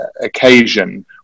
occasion